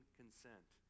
consent